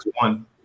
One